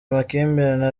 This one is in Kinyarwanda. amakimbirane